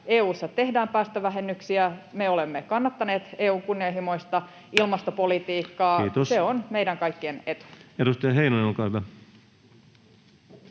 EU:ssa tehdään päästövähennyksiä. Me olemme kannattaneet EU:n kunnianhimoista ilmastopolitiikkaa. [Puhemies huomauttaa ajasta] Se on meidän kaikkien etu. Edustaja Heinonen, olkaa hyvä.